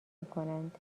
میکنند